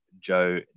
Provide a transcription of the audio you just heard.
Joe